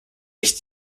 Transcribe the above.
ich